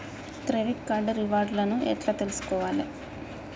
Credit card reward లను ఎట్ల తెలుసుకోవాలే?